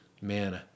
man